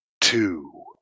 Two